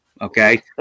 okay